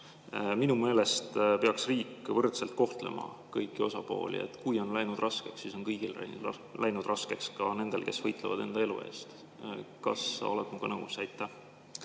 minu meelest peaks riik võrdselt kohtlema kõiki osapooli – kui on läinud raskeks, siis on kõigil läinud raskeks, ka nendel, kes võitlevad enda elu eest. Kas sa oled minuga nõus? Aitäh,